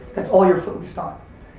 that's all you're focused on.